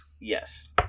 Yes